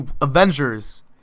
Avengers